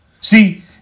See